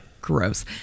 Gross